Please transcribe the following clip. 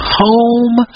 home